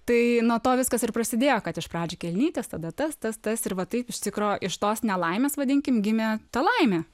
tai nuo to viskas ir prasidėjo kad iš pradžių kelnytės tada tas tas tas ir va taip iš tikro iš tos nelaimės vadinkim gimė ta laimė